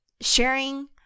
sharing